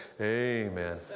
amen